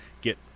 get